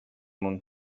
non